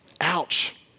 ouch